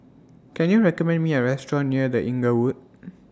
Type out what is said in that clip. Can YOU recommend Me A Restaurant near The Inglewood